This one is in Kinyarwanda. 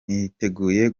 niteguye